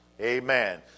Amen